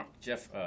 Jeff